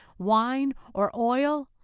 wine, or oil,